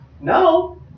No